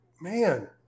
man